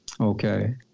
Okay